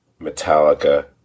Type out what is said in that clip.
metallica